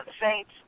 Saints